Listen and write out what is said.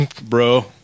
bro